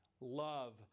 love